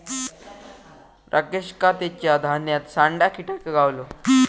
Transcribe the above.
राकेशका तेच्या धान्यात सांडा किटा गावलो